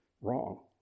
wrong